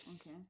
okay